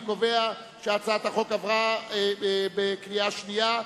אני קובע שהצעת החוק התקבלה בקריאה שנייה.